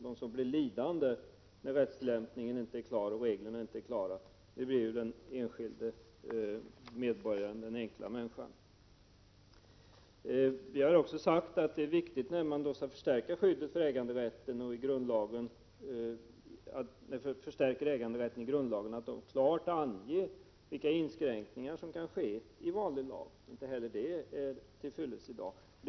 Den som blir lidande när rättstillämpningen och reglerna inte är klara är den enskilde medborgaren, den enkla människan. Vi säger också att när man skall förstärka skyddet för äganderätten i grundlagen skall det klart anges vilka inskränkningar som kan ske i vanlig lag. Inte heller det är fullt klart för närvarande.